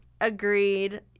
agreed